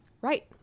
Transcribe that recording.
right